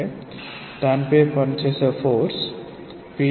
so దానిపై పనిచేసే force pdxthird dimension